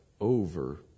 over